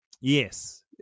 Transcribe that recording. Yes